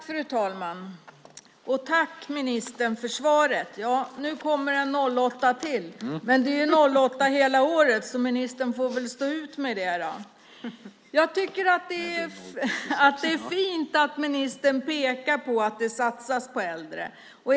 Fru talman! Tack, ministern, för svaret! Nu kommer en 08 till, men det är 08 hela året, så ministern får väl stå ut med det. Jag tycker att det är fint att det, som ministern pekar på, satsas på äldre.